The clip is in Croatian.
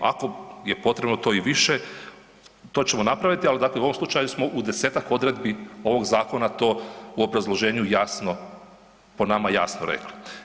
Ako je potrebno to i više, to ćemo napraviti, ali dakle u ovom slučaju smo u 10-tak odredbi ovog zakona to u obrazloženju jasno, po nama jasno rekli.